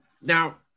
Now